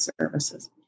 services